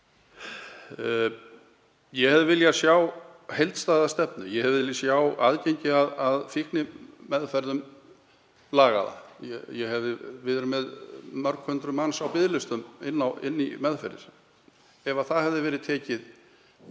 Ég hefði viljað sjá heildstæða stefnu. Ég hefði viljað sjá aðgengi að fíknimeðferðum lagað. Við erum með mörg hundruð manns á biðlistum inn í meðferðir. Ef tekið hefði verið á